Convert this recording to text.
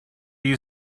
you